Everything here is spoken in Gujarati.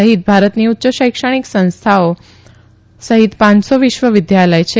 સહિત ભારતની ઉચ્ચ શૈક્ષણિક સંસ્થાઓ સહિત પાંચસો વિશ્વ વિદ્યલય છે